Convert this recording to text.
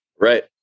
Right